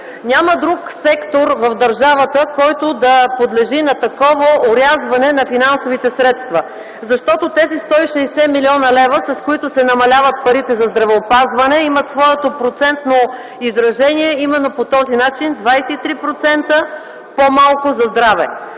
Няма друг сектор в държавата, който да подлежи на такова орязване на финансовите средства. Тези 160 млн. лв., с които се намаляват парите за здравеопазване, имат своето процентно изражение именно по този начин – 23% по-малко за здраве.